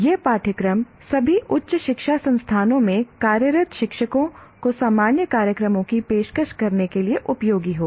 यह पाठ्यक्रम सभी उच्च शिक्षा संस्थानों में कार्यरत शिक्षकों को सामान्य कार्यक्रमों की पेशकश करने के लिए उपयोगी होगा